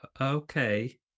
Okay